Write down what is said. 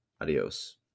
Adios